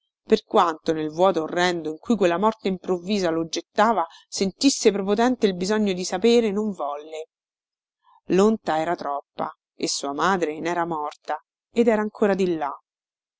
per quanto nel vuoto orrendo in cui quella morte improvvisa lo gettava sentisse prepotente il bisogna di sapere non volle lonta era troppa e sua madre nera morta ed era ancora di là